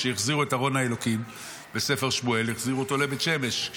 כשהחזירו את ארון האלוקים בספר שמואל החזירו אותו לבית שמש.